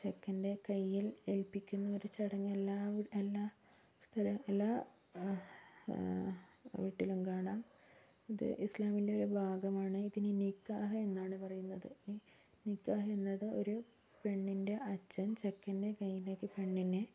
ചെക്കൻ്റെ കയ്യിൽ ഏൽപ്പിക്കുന്നൊരു ചടങ്ങ് എല്ലാ സ്ഥലം എല്ലാ വീട്ടിലും കാണാം ഇത് ഇസ്ലാമിൻ്റെ ഒരു ഭാഗമാണ് ഇതിന് നിക്കാഹ് എന്നാണ് പറയുന്നത് ഈ നിക്കാഹ് എന്നത് ഒരു പെണ്ണിൻ്റെ അച്ഛൻ ചെക്കൻ്റെ കയ്യിലേക്ക് പെണ്ണിനെ